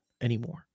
anymore